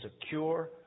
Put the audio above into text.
secure